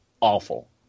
awful